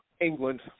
England